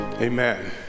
Amen